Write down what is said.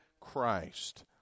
Christ